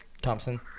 Thompson